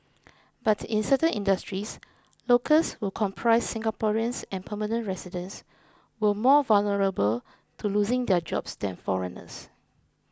but in certain industries locals who comprise Singaporeans and permanent residents were more vulnerable to losing their jobs than foreigners